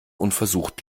unversucht